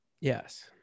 Yes